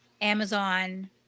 Amazon